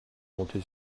monter